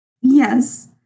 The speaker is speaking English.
Yes